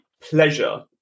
pleasure